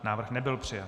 Návrh nebyl přijat.